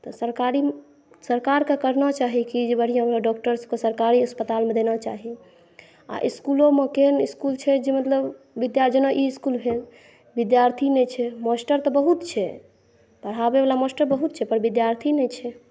तऽ सरकारी सरकारके करना चाही कि जे बढ़िऑं बढ़िऑं डॉक्टर सबके सरकारी अस्पतालमे देना चाही आ इसकुलोमे केहन इसकुल छै जे मतलब जेना ई इसकुल भेल विद्यार्थी नहि छै मास्टर तऽ बहुत छै पढाबै वाला मास्टर बहुत छै पर विद्यार्थी नहि छै